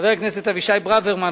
חבר הכנסת אבישי ברוורמן,